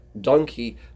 donkey